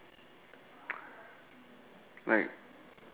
like